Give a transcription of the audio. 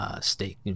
steak